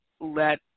let